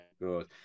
good